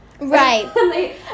Right